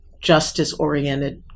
justice-oriented